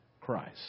Christ